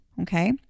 okay